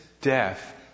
death